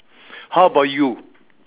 how about you